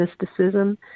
mysticism